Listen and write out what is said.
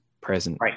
present